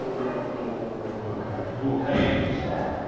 i've been thinking. oh my god, are you okay? shut up.